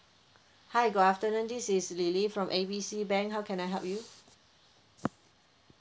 hi good afternoon this is lily from A B C bank how can I help you